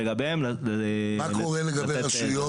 מה קורה לגבי רשויות?